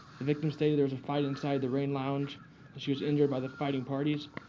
the victim stated there was a fight inside the reign lounge and she was injured by the fighting parties.